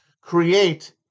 create